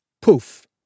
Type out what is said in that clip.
poof